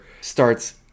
starts